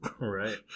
Right